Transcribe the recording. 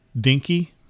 dinky